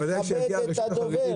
לכבד את הדובר.